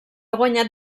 guanyat